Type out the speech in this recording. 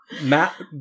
Matt